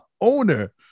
owner